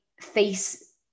face